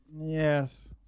Yes